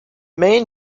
main